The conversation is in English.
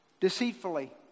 deceitfully